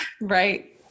right